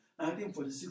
1946